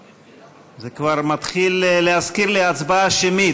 זה כבר מתחיל להזכיר לי הצבעה שמית.